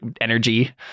energy